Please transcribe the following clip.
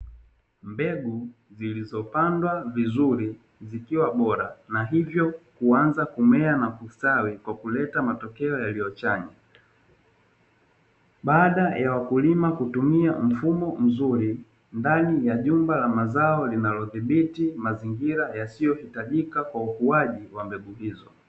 Mbegu zilizopandwa vizuri zikiwa bora na hivyo kuanza kumea na kustawi kwa kuleta matokeo yaliyo chanya. Baada ya wakulima kutumia mfumo mzuri ndani ya jumba la mazao, linalodhibiti mazingira yasiyohitajika kwa ukuaji wa mbegu hizo.